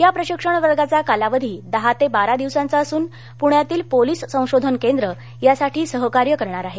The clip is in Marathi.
या प्रशिक्षण वर्गाचा कालावधी दहा ते बारा दिवसांचा असून पुण्यातील पोलीस संशोधन केंद्र त्यासाठी सहकार्य करणार आहे